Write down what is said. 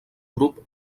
grup